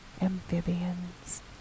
amphibians